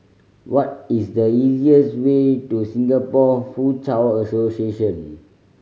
what is the easiest way to Singapore Foochow Association